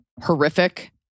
horrific